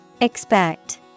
Expect